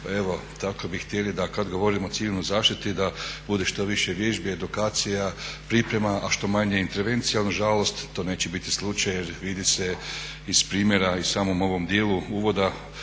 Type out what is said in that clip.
evo tako bi htjeli da kad govorimo o civilnoj zaštiti da bude što više vježbi, edukacija, priprema, a što manje intervencija ali nažalost to neće biti slučaj jer vidi se iz primjera u samom ovom dijelu uvodu